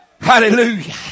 Hallelujah